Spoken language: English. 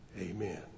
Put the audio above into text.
Amen